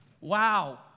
Wow